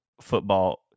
football